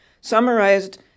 summarized